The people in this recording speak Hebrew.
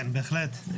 בהחלט.